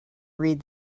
read